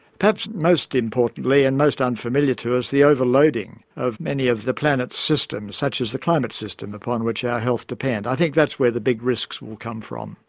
perhaps most importantly and most unfamiliar to us, the overloading of many of the planet's systems, such as the climate system upon which our health depends. i think that's where the big risks will come from.